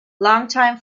longtime